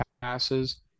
passes